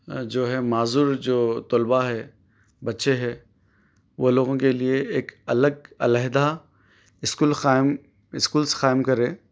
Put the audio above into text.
جو ہے معذور جو طلبہ ہے بچے ہے وہ لوگوں کے لیے ایک الگ علیحدہ اسکول قائم اسکولس قائم کرے